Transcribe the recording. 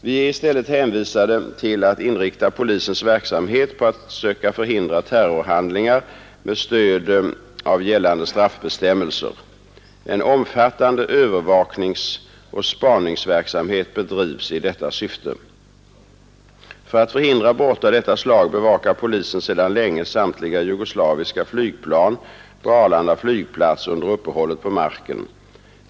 Vi är i stället hänvisade till att inrikta polisens verksamhet på att söka förhindra terrorhandlingar med stöd av gällande straffbestämmelser. En omfattande övervakningsoch spaningsverksamhet bedrivs i detta syfte. För att förhindra brott av detta slag bevakar polisen sedan länge samtliga jugoslaviska flygplan på Arlanda flygplats under uppehållet på marken.